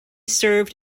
served